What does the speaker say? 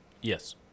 Yes